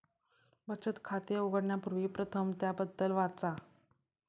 बचत खाते उघडण्यापूर्वी प्रथम त्याबद्दल वाचा